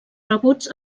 rebuts